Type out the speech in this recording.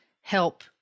help